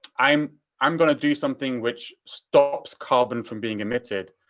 i'm i'm gonna do something which stops carbon from being emitted.